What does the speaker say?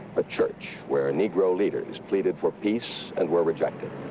a church, where negro leaders pleaded for peace and were rejected.